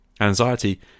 Anxiety